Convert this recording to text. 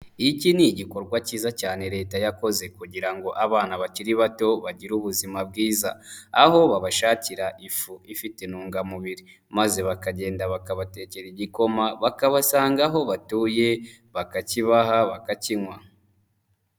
Iki ni igikorwa cyiza cyane leta yakoze kugira ngo abana bakiri bato bagire ubuzima bwiza, aho babashakira ifu ifite intungamubiri, maze bakagenda bakabatekera igikoma, bakabasanga aho batuye, bakakibaha, bakakinywa.